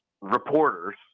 reporters